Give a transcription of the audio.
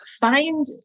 Find